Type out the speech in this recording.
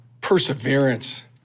perseverance